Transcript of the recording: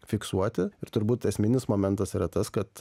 fiksuoti ir turbūt esminis momentas yra tas kad